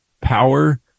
power